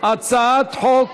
הצעת חוק